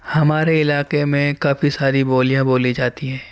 ہمارے علاقے میں کافی ساری بولیاں بولی جاتی ہیں